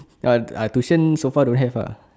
ya ah tuition so far don't have lah